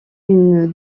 une